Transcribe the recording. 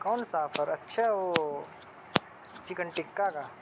کون سا آفر اچھا وہ چکن ٹکّہ کا